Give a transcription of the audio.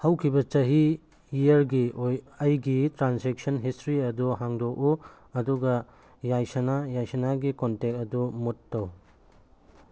ꯍꯧꯈꯤꯕ ꯆꯍꯤ ꯏꯌꯔꯒꯤ ꯑꯩꯒꯤ ꯇ꯭ꯔꯥꯟꯁꯦꯛꯁꯟ ꯍꯤꯁꯇ꯭ꯔꯤ ꯑꯗꯨ ꯍꯥꯡꯗꯣꯛꯎ ꯑꯗꯨꯒ ꯌꯥꯏꯁꯅꯥ ꯌꯥꯏꯁꯅꯥꯒꯤ ꯀꯣꯟꯇꯦꯛ ꯑꯗꯨ ꯃꯨꯠ ꯇꯧ